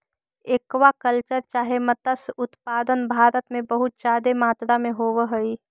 aqua culture चाहे मत्स्य उत्पादन भारत में बहुत जादे मात्रा में होब हई